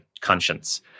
conscience